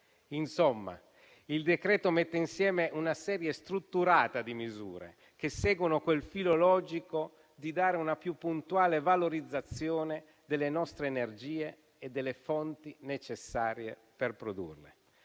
Il decreto mette insieme una serie strutturata di misure che seguono quel filo logico di dare una più puntuale valorizzazione alle nostre energie e alle fonti necessarie per produrle.